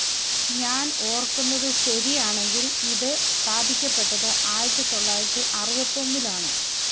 ഞാൻ ഓർക്കുന്നത് ശരിയാണെങ്കില് ഇതു സ്ഥാപിക്കപ്പെട്ടത് ആയിരത്തിത്തൊള്ളായിരത്തി അറുപത്തൊന്നിലാണ്